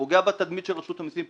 פוגע בתדמית של רשות המסים,